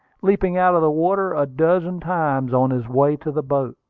leaping out of the water a dozen times on his way to the boat.